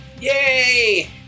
Yay